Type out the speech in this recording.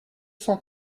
cent